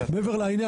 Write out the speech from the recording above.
מעבר לעניין,